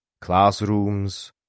classrooms